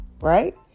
right